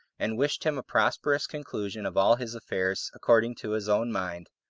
and wished him a prosperous conclusion of all his affairs according to his own mind,